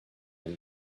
had